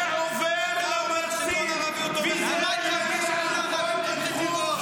זה עובר -- אתה אומר שכל ערבי הוא תומך טרור.